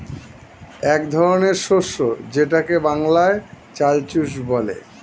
এক ধরনের শস্য যেটাকে বাংলায় চাল চুষ বলে